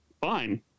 fine